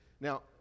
Now